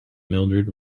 mildrid